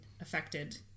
affected